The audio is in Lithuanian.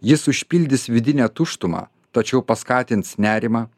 jis užpildys vidinę tuštumą tačiau paskatins nerimą